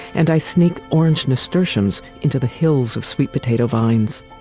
and i sneak orange nasturtiums into the hills of sweet-potato vines,